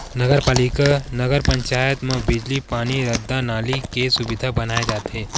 नगर पालिका, नगर पंचायत म बिजली, पानी, रद्दा, नाली के सुबिधा बनाए जाथे